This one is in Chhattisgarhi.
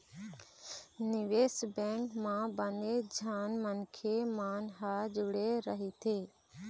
निवेश बेंक म बनेच झन मनखे मन ह जुड़े रहिथे